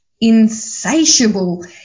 insatiable